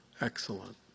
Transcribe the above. excellent